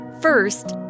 First